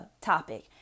topic